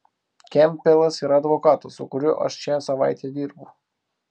kempbelas yra advokatas su kuriuo aš šią savaitę dirbu